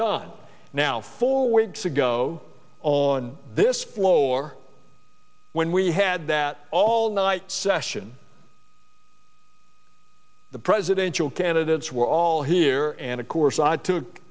done now four weeks ago on this floor when we had that all night session the presidential candidates were all here and of course i took